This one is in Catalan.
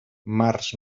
març